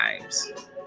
times